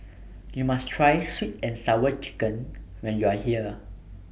YOU must Try Sweet and Sour Chicken when YOU Are here